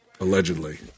allegedly